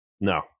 No